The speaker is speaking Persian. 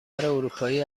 اروپایی